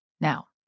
Now